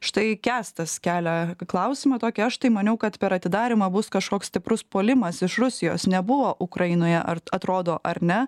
štai kęstas kelia klausimą tokį aš tai maniau kad per atidarymą bus kažkoks stiprus puolimas iš rusijos nebuvo ukrainoje ar atrodo ar ne